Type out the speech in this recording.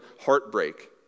heartbreak